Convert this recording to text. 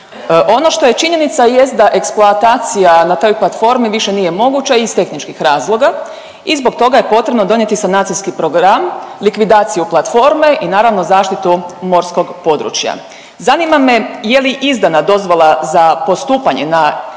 Ono što je činjenica jest da eksploatacija na toj platformi više nije moguća iz tehničkih razloga i zbog toga je potrebno donijeti sanacijski program, likvidaciju platforme i naravno zaštitu morskog područja. Zanima me je li izdana dozvola za postupanje sa